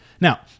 Now